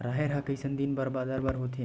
राहेर ह कइसन दिन बादर म होथे?